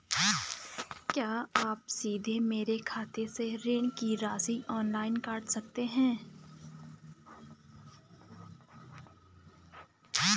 क्या आप सीधे मेरे खाते से ऋण की राशि ऑनलाइन काट सकते हैं?